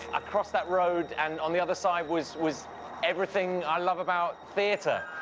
ah crossed that road and on the other side was was everything i love about theater.